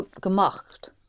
gemacht